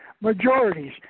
majorities